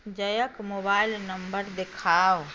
जयके mobile number देखाउ